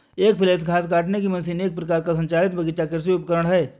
एक फ्लैल घास काटने की मशीन एक प्रकार का संचालित बगीचा कृषि उपकरण है